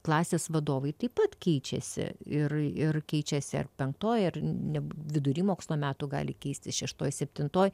klasės vadovai taip pat keičiasi ir ir keičiasi ar penktoj ar ne vidury mokslo metų gali keistis šeštoj septintoj